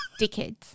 Dickheads